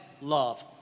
love